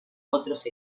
otros